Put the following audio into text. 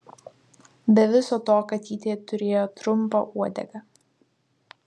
be viso to katytė turėjo trumpą uodegą